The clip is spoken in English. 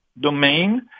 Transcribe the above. domain